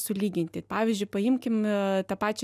sulyginti pavyzdžiui paimkim tą pačią